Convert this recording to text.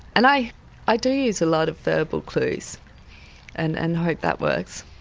and i i do use a lot of verbal clues and and hope that works.